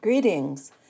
Greetings